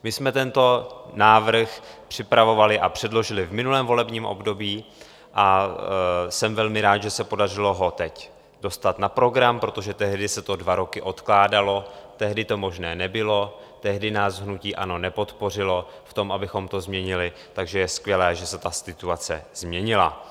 My jsme tento návrh připravovali a předložili v minulém volebním období a jsem velmi rád, že se podařilo ho teď dostat na program, protože tehdy se to dva roky odkládalo, tehdy to možné nebylo, tehdy nás hnutí ANO nepodpořilo v tom, abychom to změnili, takže je skvělé, že se ta situace změnila.